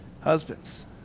Husbands